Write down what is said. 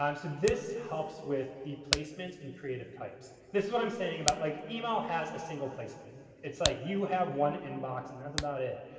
um so, this helps with the placement and creative types. this is what i'm saying about like email has a single placement it's like you have one inbox and that's about it.